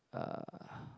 uh